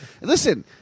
Listen